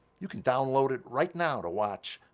you can download it right now to watch,